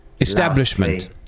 Establishment